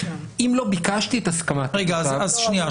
אם לא ביקשתי את הסכמת התושב --- שנייה,